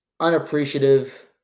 unappreciative